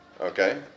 Okay